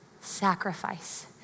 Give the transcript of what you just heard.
Sacrifice